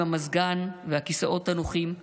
עם המזגן והכיסאות הנוחים,